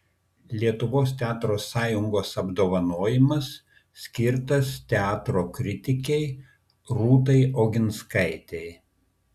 lietuvos teatro sąjungos apdovanojimas skirtas teatro kritikei rūtai oginskaitei